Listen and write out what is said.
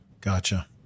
Gotcha